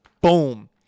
boom